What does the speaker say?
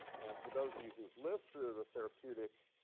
and for those of you who have lived through the therapeutic